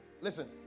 listen